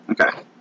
Okay